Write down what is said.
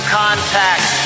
contact